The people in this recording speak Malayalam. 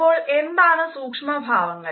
അപ്പോൾ എന്താണ് സൂക്ഷ്മ ഭാവങ്ങൾ